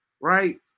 Right